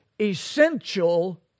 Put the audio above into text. essential